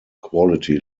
quality